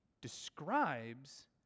describes